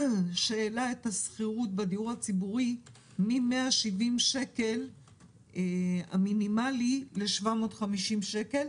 שהעלה את השכירות בדיור הציבורי מ-170 שקל ל-750 שקל.